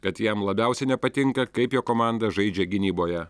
kad jam labiausiai nepatinka kaip jo komanda žaidžia gynyboje